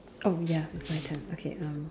oh ya it's my turn okay um